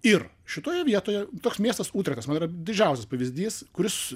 ir šitoje vietoje toks miestas utrechtas man yra didžiausias pavyzdys kuris